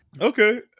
Okay